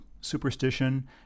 superstition